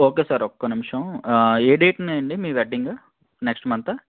okay sir ఒక్క నిమిషం ఏ డేట్న అండి మీ వెడ్డింగ్ నెక్స్ట్ మంతా